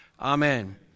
Amen